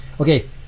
Okay